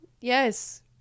yes